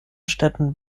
städten